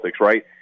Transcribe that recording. right